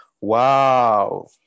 Wow